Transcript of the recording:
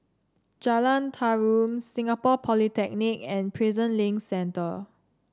Jalan Tarum Singapore Polytechnic and Prison Link Centre